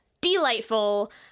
delightful